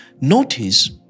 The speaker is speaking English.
notice